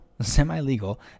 semi-legal